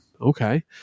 okay